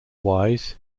wise